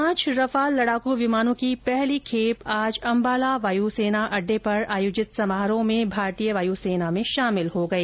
पांच रफाल लड़ाकू विमानों की पहली खेप आज अंबाला वायुसेना अड्डे पर आयोजित समारोह में भारतीय वायुसेना में शामिल की गई